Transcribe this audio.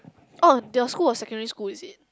oh your school was secondary school is it